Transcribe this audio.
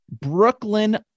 Brooklyn